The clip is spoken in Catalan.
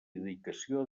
dedicació